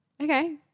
Okay